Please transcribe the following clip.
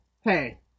hey